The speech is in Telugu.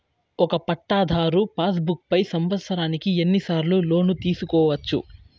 ఒక పట్టాధారు పాస్ బుక్ పై సంవత్సరానికి ఎన్ని సార్లు లోను తీసుకోవచ్చు?